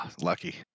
Lucky